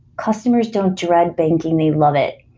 customers don't dread banking. they love it.